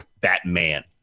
Batman